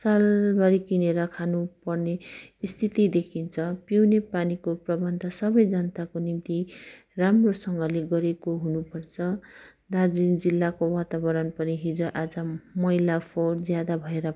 सालभरि किनेर खानु पर्ने स्थिति देखिन्छ पिउने पानीको प्रबन्ध सबै जनताको निम्ति राम्रोसँगले गरेको हुनु पर्छ दार्जिलिङ जिल्लाको वातावरण पनि हिजो आज मैला फोहोर ज्यादा भएर